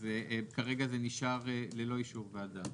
אז כרגע זה נשאר ללא אישור ועדה?